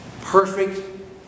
Perfect